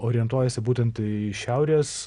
orientuojasi būtent į šiaurės